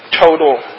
total